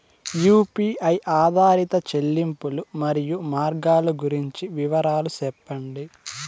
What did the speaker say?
UPI ఆధారిత చెల్లింపులు, మరియు మార్గాలు గురించి వివరాలు సెప్పండి?